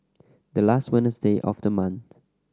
the last Wednesday of the month